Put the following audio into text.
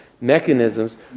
mechanisms